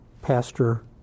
pastor